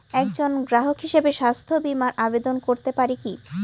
একজন গ্রাহক হিসাবে স্বাস্থ্য বিমার আবেদন করতে পারি কি?